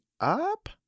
up